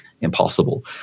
impossible